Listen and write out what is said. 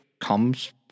comes